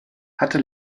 hatte